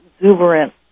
exuberant